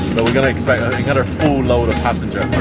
but we're going to expect another full load of passengers.